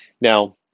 Now